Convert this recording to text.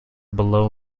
below